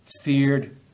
feared